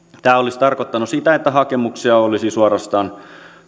tämä olisi tarkoittanut sitä että hakemuksia olisi suorastaan